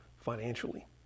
financially